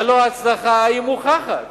הלוא ההצלחה היא מוכחת